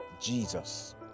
jesus